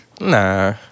Nah